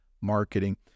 marketing